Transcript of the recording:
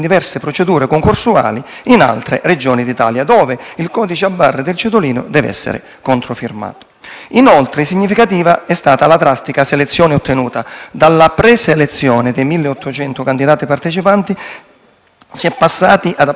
emerso dagli organi di stampa sulla correttezza dello svolgimento del concorso e venga fatta luce il prima possibile sui fatti sopra descritti, che, se corrispondessero a quanto esposto, recherebbero grave nocumento alle legittime richieste di giustizia e trasparenza,